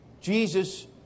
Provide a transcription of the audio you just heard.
Jesus